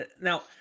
now